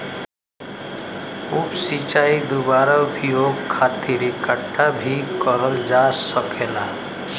उप सिंचाई दुबारा उपयोग खातिर इकठ्ठा भी करल जा सकेला